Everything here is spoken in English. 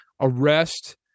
arrest